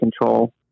control